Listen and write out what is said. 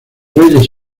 reyes